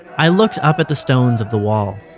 i looked up at the stones of the wall.